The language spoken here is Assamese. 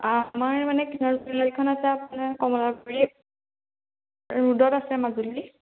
আমাৰ মানে আছে আপোনাৰ কমলাগুৰি ৰ'দত আছে মাজুলী